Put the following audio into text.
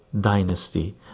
dynasty